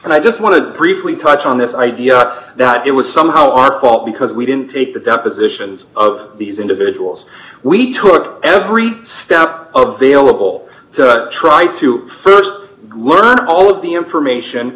and i just want to briefly touch on this idea that it was somehow our fault because we didn't take the depositions of these individuals we took every step of the overall to try to st learn all of the information